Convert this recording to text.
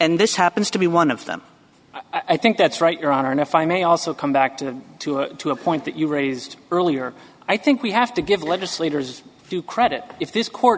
and this happens to be one of them i think that's right your honor and if i may also come back to to a point that you raised earlier i think we have to give legislators due credit if this court